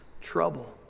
trouble